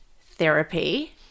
therapy